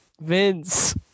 Vince